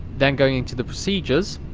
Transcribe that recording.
then going into the procedures,